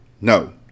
No